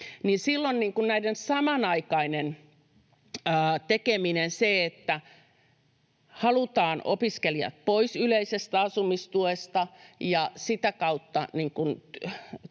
asuntoa. Näiden samanaikainen tekeminen, se, että halutaan opiskelijat pois yleisestä asumistuesta ja sitä kautta työnnetään